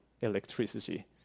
electricity